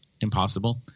impossible